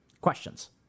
Questions